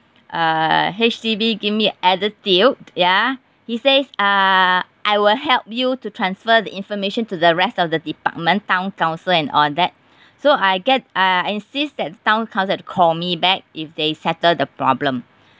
uh H_D_B give me attitude ya he says uh I will help you to transfer the information to the rest of the department town council and all that so I get I insist that town council to call me back if they settle the problem